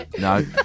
no